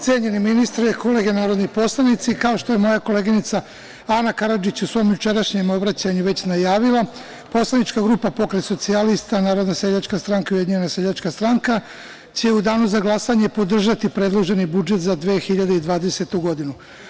Cenjeni ministre, kolege narodni poslanici, kao što je moja koleginica Ana Karadžić u svom jučerašnjem obraćanju već najavila, poslanička grupa Pokret socijalista, Narodna seljačka stranka, Ujedinjena seljačka stranka će u danu za glasanje podržati predloženi budžet za 2020. godinu.